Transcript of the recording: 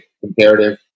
comparative